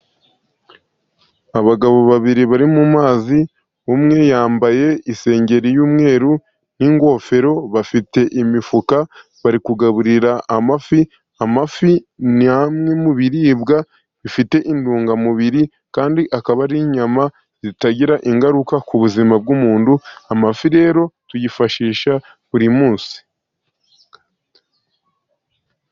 Abagabo babiri bari mu mazi, umwe yambaye isengeri y'umweru n'ingofero, bafite imifuka, bari kugaburira amafi, amafi ni amwe mu biribwa bifite intungamubiri, kandi akaba ari inyama zitagira ingaruka ku buzima bw'umuntu, amafi rero tuyifashisha buri munsi.